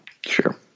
Sure